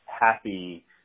happy